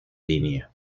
línea